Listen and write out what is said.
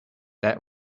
that